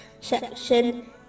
section